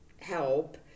help